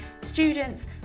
students